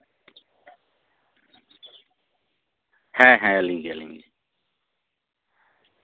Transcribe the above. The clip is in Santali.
ᱦᱮᱸ ᱦᱮᱸ ᱞᱟᱹᱭ ᱜᱮᱭᱟᱞᱤᱧ